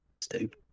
Stupid